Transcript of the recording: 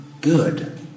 good